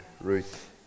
Ruth